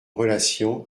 relation